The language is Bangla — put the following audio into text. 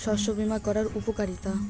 শস্য বিমা করার উপকারীতা?